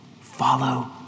follow